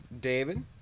David